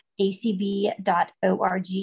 ACB.org